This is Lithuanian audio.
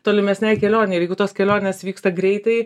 tolimesnei kelionei ir jeigu tos kelionės vyksta greitai